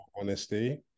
honesty